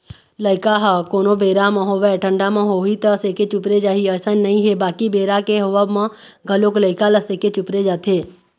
लइका ह कोनो बेरा म होवय ठंडा म होही त सेके चुपरे जाही अइसन नइ हे बाकी बेरा के होवब म घलोक लइका ल सेके चुपरे जाथे